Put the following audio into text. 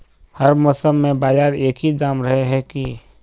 हर मौसम में बाजार में एक ही दाम रहे है की?